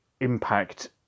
impact